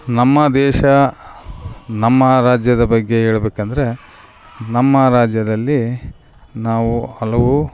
ನಮ್ಮ ದೇಶ ನಮ್ಮ ರಾಜ್ಯದ ಬಗ್ಗೆ ಹೇಳ್ಬೇಕು ಅಂದರೆ ನಮ್ಮ ರಾಜ್ಯದಲ್ಲಿ ನಾವು ಹಲವು